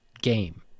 game